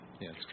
Yes